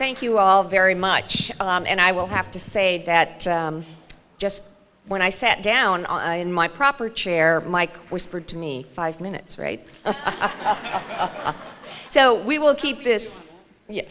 thank you all very much and i will have to say that just when i sat down in my proper chair mike whispered to me five minutes rate so we will keep this